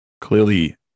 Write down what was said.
clearly